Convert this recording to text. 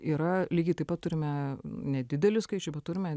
yra lygiai taip pat turime nedidelį skaičių bet turime